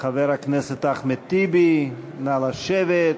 חבר הכנסת אחמד טיבי, נא לשבת.